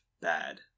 bad